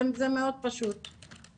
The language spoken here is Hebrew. זה פשוט מאוד.